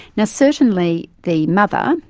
now, certainly the mother,